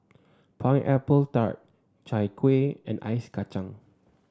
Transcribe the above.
Pineapple Tart Chai Kueh and Ice Kacang